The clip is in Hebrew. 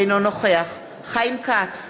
אינו נוכח חיים כץ,